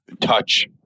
touch